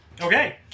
Okay